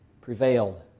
Prevailed